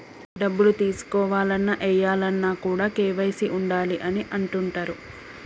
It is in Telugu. డబ్బులు తీసుకోవాలన్న, ఏయాలన్న కూడా కేవైసీ ఉండాలి అని అంటుంటరు